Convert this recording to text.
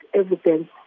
evidence